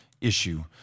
issue